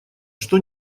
что